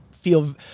feel